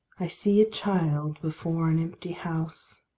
i see a child before an empty house,